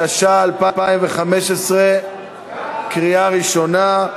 התשע"ה 2015. קריאה ראשונה,